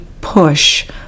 push